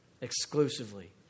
exclusively